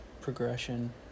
progression